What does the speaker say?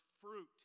fruit